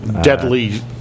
deadly